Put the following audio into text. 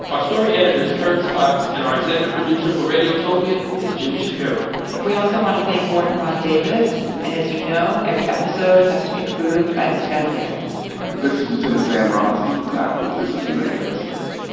our story editor is curtis fox and our executive producer for radiotopia is julie shapiro we also want to thank warden ron davis, and, as you know, every episode has to be approved by this guy here this is lieutenant sam robinson, and i approve this q and a episode